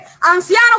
ancianos